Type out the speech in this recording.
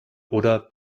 oder